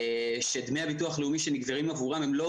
שדמי הביטוח הלאומי שנגזרים עבורם הם לא